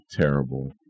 Terrible